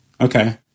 Okay